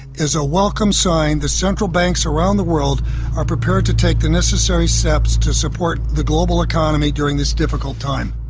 is a welcome sign the central banks around the world are prepared to take the necessary steps to support the global economy during this difficult time.